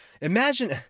Imagine